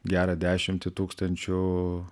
gerą dešimtį tūkstančių